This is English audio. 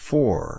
Four